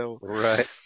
Right